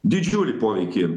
didžiulį poveikį